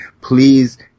please